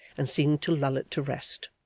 and seemed to lull it to rest.